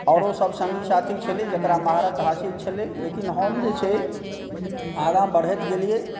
आओरो सब सङ्गी साथी छलै जकरा महारथ हासिल छलै लेकिन हम जे छै आगाँ बढ़ैत गेलिए